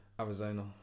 Arizona